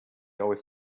always